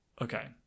Okay